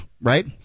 Right